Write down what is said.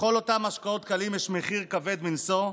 לכל אותם משקאות קלים יש מחיר כבד מנשוא,